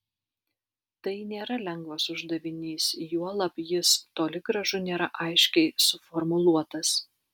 tai nėra lengvas uždavinys juolab jis toli gražu nėra aiškiai suformuluotas